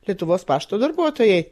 lietuvos pašto darbuotojai